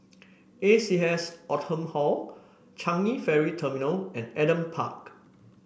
A C S Oldham Hall Changi Ferry Terminal and Adam Park